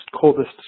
coldest